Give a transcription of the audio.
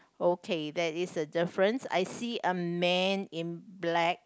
okay that is a difference I see a man in black